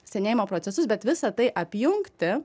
senėjimo procesus bet visa tai apjungti